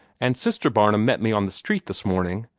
and sister barnum met me on the street this morning,